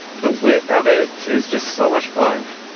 the wit of it is just so much fun.